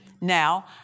Now